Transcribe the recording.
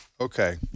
Okay